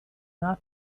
not